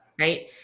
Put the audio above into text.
right